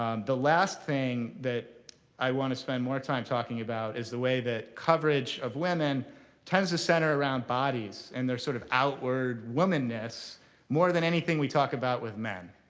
um the last thing that i want to spend more time talking about is the way that coverage of women tends to center around bodies and their sort of outward womenness more than anything we talk about with men.